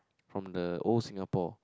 from the old Singapore